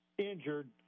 injured